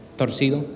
torcido